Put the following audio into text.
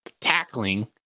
tackling